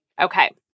Okay